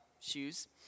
shoes